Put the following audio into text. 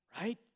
right